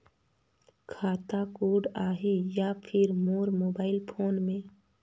खाता कोड आही या फिर मोर मोबाइल फोन मे?